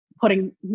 putting